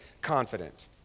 confident